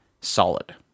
solid